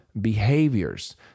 behaviors